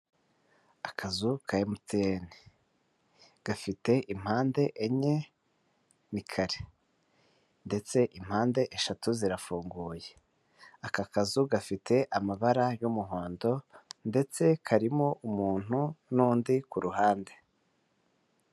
Akazu ka MTN, gafite impande enye n'ikare ndetse impande eshatu zirafunguye, aka kazu gafite amabara y'umuhondo ndetse karimo umuntu n'undi ku ruhande.